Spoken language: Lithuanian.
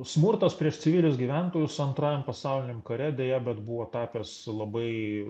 smurtas prieš civilius gyventojus antrajam pasauliniam kare deja bet buvo tapęs labai